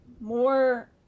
more